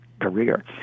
career